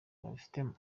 babifitemo